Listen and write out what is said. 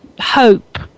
hope